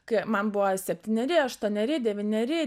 kai man buvo septyneri aštuoneri devyneri